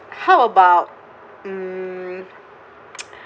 how about mm